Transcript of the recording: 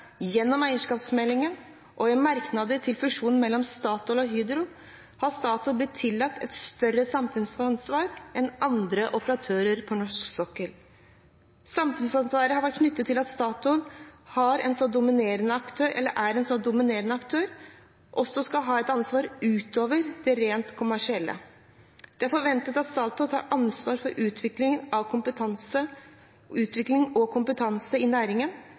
gjennom eierskapsmeldingen og i merknader til fusjonen mellom Statoil og Hydro har Statoil blitt tillagt et større samfunnsansvar enn andre operatører på norsk sokkel. Samfunnsansvaret har vært knyttet til at Statoil, som er en så dominerende aktør, også skal ha et ansvar utover det rent kommersielle. Det er forventet at Statoil tar ansvar for utvikling og kompetansen i næringen,